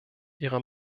ihrer